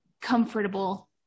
comfortable